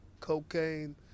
cocaine